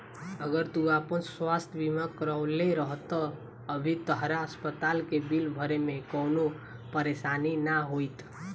अगर तू आपन स्वास्थ बीमा करवले रहत त अभी तहरा अस्पताल के बिल भरे में कवनो परेशानी ना होईत